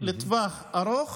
לטווח ארוך